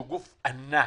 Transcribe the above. שהוא גוף ענק,